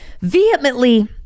vehemently